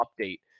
update